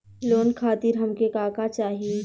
Loan खातीर हमके का का चाही?